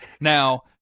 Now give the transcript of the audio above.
Now